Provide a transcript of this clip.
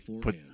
put